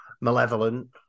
malevolent